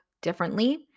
differently